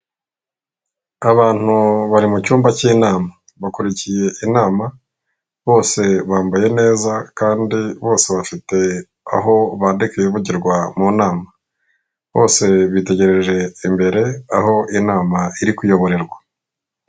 Abantu bari mucyumba cy'inama bakurikiye inama bose bambaye neza, kandi bose bafite aho bandika ibivugirwa mu nama. Bose bitegereje imbere aho inama iri kuyoborerwa.